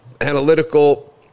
analytical